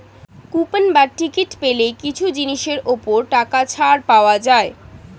coupon বা ticket পেলে কিছু জিনিসের ওপর টাকা ছাড় পাওয়া যায়